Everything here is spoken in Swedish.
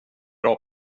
bra